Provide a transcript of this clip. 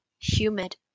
humid